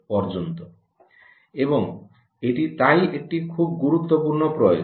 এবং এটি তাই একটি খুব গুরুত্বপূর্ণ প্রয়োজন